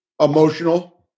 emotional